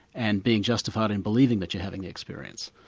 and being justified in believing that you're having the experience.